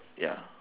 ya